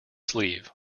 sleeve